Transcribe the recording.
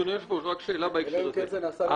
אדוני היושב-ראש, רק שאלה בהקשר הזה.